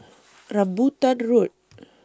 Rambutan Road